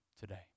today